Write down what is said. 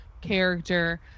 character